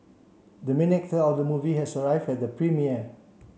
the main actor of the movie has arrived at the premiere